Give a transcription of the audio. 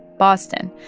boston.